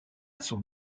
son